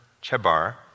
Chebar